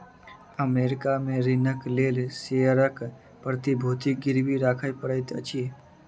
America में ऋणक लेल शेयरक प्रतिभूति गिरवी राखय पड़ैत अछि